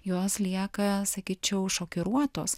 jos lieka sakyčiau šokiruotos